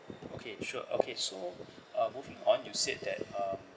okay sure okay so um moving on you said that um